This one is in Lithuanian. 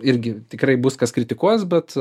irgi tikrai bus kas kritikuos bet